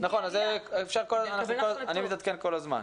נכון, אני מתעדכן כל הזמן.